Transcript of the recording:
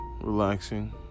relaxing